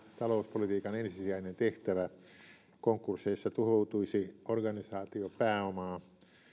talouspolitiikan ensisijainen tehtävä konkursseissa tuhoutuisi organisaatiopääomaa